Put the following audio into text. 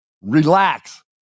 Relax